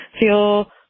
feel